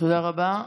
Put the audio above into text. תודה רבה.